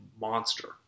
monster